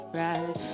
right